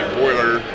boiler